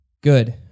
Good